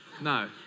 No